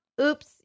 Oops